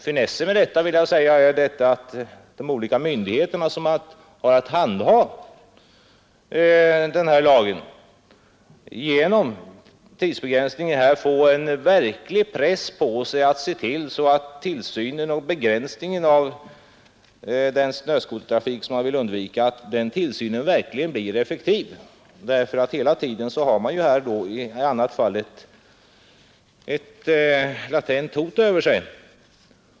Finessen med detta vill jag säga är att de olika myndigheter 22 november 1972 SOM har att handha denna lag genom tidsbegränsningen får en verklig — press på sig att se till att övervakningen och begränsningen av den snöskotertrafik man vill undvika blir effektiv. Hela tiden har myndigheterna ett latent hot över sig.